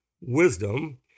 wisdom